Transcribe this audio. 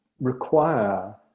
require